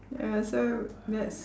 ya that's why that's